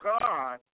God